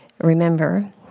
remember